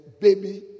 baby